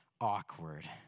awkward